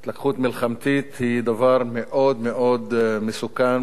התלקחות מלחמתית היא דבר מאוד-מאוד מסוכן,